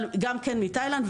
אבל גם כן מתאילנד.